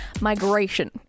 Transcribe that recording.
migration